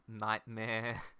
nightmare